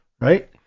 right